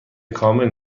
کامل